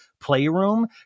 playroom